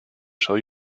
shall